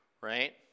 Right